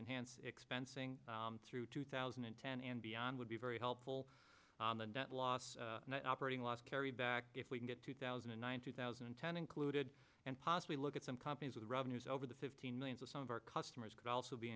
enhanced expensing through two thousand and ten and beyond would be very helpful the net loss operating loss carried back if we can get two thousand and nine two thousand and ten included and possibly look at some companies with revenues over the fifteen million so some of our customers could also be